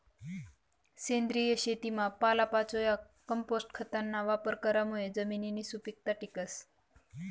सेंद्रिय शेतीमा पालापाचोया, कंपोस्ट खतना वापर करामुये जमिननी सुपीकता टिकस